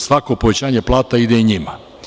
Svako povećanje plata ide i njima.